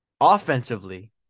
offensively